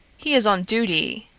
he is on duty!